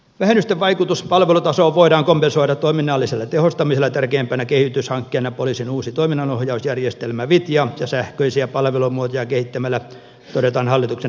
vähennysten vaikutus palvelutasoon voidaan kompensoida toiminnallisella tehostamisella tärkeimpänä kehityshankkeena poliisin uusi toiminnanohjausjärjestelmä vitja ja sähköisiä palvelumuotoja kehittämällä todetaan hallituksen esityksessä